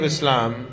Islam